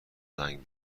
زنگ